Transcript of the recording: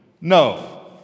No